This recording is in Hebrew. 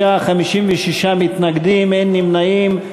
36 בעד, 56 מתנגדים, ואין נמנעים.